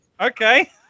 okay